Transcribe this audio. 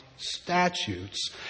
statutes